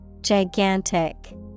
Gigantic